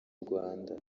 rwanda